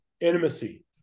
intimacy